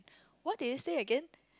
what did you say again